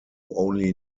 only